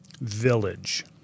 Village